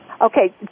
Okay